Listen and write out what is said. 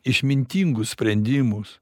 išmintingus sprendimus